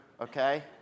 okay